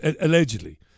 allegedly